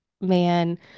man